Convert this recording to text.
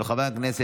של חבר הכנסת